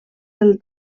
del